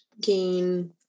gain